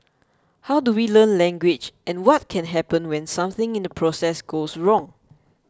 how do we learn language and what can happen when something in the process goes wrong